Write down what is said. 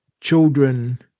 children